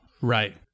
right